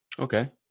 Okay